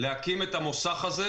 להקים את המוסך הזה,